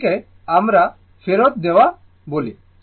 এটাকে আমি ফেরত যাওয়া বলি